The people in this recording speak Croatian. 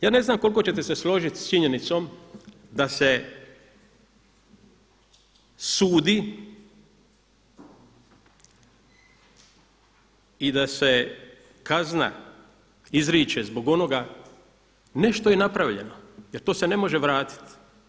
Ja ne znam koliko ćete se složit sa činjenicom da se sudi i da se kazna izriče zbog onoga ne što je napravljeno, jer to se ne može vratiti.